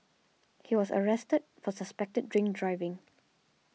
he was arrested for suspected drink driving